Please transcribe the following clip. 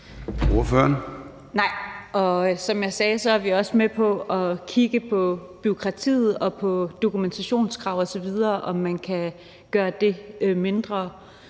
som jeg sagde, er vi også med på at kigge på bureaukratiet og på dokumentationskrav osv., og om man kan gøre dem mindre.